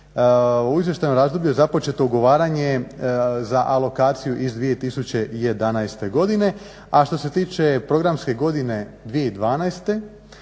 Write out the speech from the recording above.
U izvještajnom razdoblju započeto ugovaranje za alokaciju iz 2011.godine. A što se tiče programske godine 2012.uplaćene